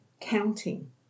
Counting